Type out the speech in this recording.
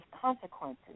consequences